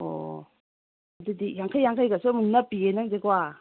ꯑꯣ ꯑꯗꯨꯗꯤ ꯌꯥꯡꯈꯩ ꯌꯥꯡꯈꯩꯒꯁꯨ ꯑꯃꯨꯛ ꯅꯞꯄꯤꯌꯦ ꯅꯪꯖꯦ ꯀꯣ